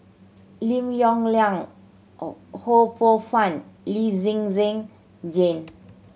Lim Yong Liang Ho Poh Fun Lee Zhen Zhen Jane